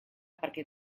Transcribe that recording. perquè